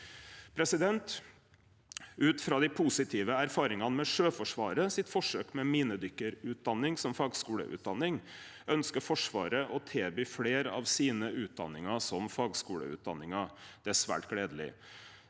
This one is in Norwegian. utdanning. Ut frå dei positive erfaringane med Sjøforsvarets forsøk med minedykkarutdanning som fagskuleutdanning ønskjer Forsvaret å tilby fleire av sine utdanningar som fagskuleutdanningar. Det er svært gledeleg.